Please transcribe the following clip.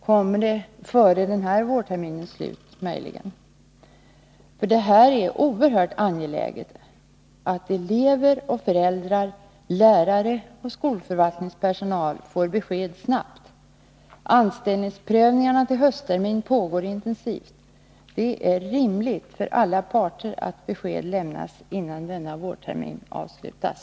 Kommer det möjligen före den här vårterminens slut? Det är oerhört angeläget att elever och föräldrar, lärare och skolförvaltningspersonal får besked snabbt. Ansökningsprövningarna till höstterminen pågår intensivt. Det är rimligt för alla parter att besked lämnas innan denna vårtermin avslutas.